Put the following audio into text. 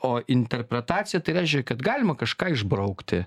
o interpretacija tai reiškia kad galima kažką išbraukti